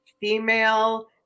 female